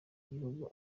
gihugu